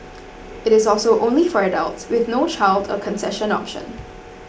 it is also only for adults with no child or concession option